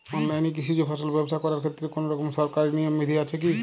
অনলাইনে কৃষিজ ফসল ব্যবসা করার ক্ষেত্রে কোনরকম সরকারি নিয়ম বিধি আছে কি?